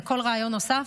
וכל רעיון נוסף,